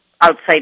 outside